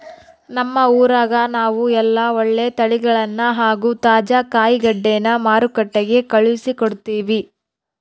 ನಮ್ಮ ಊರಗ ನಾವು ಎಲ್ಲ ಒಳ್ಳೆ ತಳಿಗಳನ್ನ ಹಾಗೂ ತಾಜಾ ಕಾಯಿಗಡ್ಡೆನ ಮಾರುಕಟ್ಟಿಗೆ ಕಳುಹಿಸಿಕೊಡ್ತಿವಿ